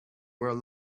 where